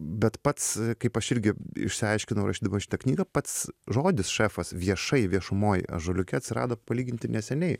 bet pats kaip aš irgi išsiaiškinau rašydama šitą knygą pats žodis šefas viešai viešumoj ąžuoliuke atsirado palyginti neseniai